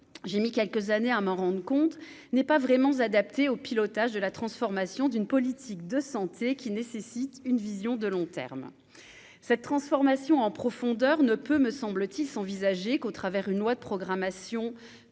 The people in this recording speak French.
j'ai mis quelques années à m'en rende compte, n'est pas vraiment adapté au pilotage de la transformation d'une politique de santé qui nécessite une vision de long terme cette transformation en profondeur ne peut me semble-t-il s'envisager qu'au travers une loi de programmation